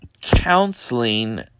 counseling